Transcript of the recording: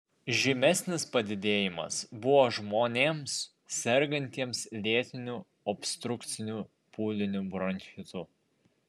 žymesnis padidėjimas buvo žmonėms sergantiems lėtiniu obstrukciniu pūliniu bronchitu